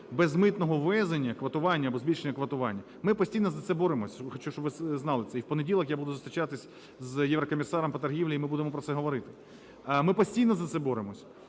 безмитного ввезення, квотування або збільшення квотування, ми постійно за це боремося, хочу, щоб ви знали це. І в понеділок я буду зустрічатися з єврокомісаром по торгівлі, і ми будемо про це говорити. Ми постійно за це боремося,